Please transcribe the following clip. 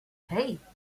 hey